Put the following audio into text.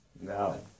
No